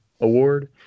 award